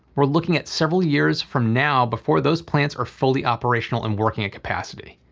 we're looking at several years from now before those plants are fully operational and working at capacity.